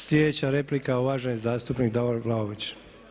Sljedeća replika uvaženi zastupnik Davor Vlaović.